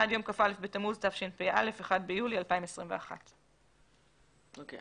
עד יום כ"א בתמוז התשפ"א (1 ביולי 2021). אוקיי.